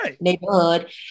neighborhood